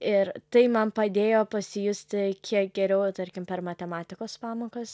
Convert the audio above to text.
ir tai man padėjo pasijusti kiek geriau tarkim per matematikos pamokas